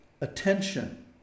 attention